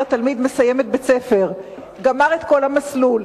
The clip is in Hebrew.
התלמיד מסיים את בית-הספר וגמר את כל המסלול,